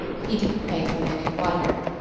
he didn't make them any whiter,